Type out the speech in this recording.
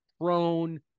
prone